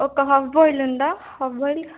ఒక హవబోయిలు ఉందా హవ్బయిలు